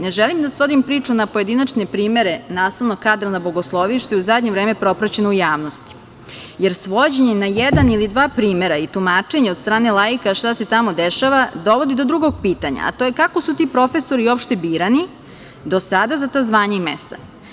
Ne želim da svodim priču na pojedinačne primere nastavnog kadra na Bogosloviji, što je u zadnje vreme propraćeno u javnosti, jer svođenje na jedan ili dva primera i tumačenja od strane laika šta se tamo dešava dovodi do drugog pitanja - kako su ti profesori uopšte birani do sada za ta zvanja i mesta?